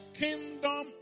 kingdom